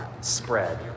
spread